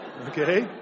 okay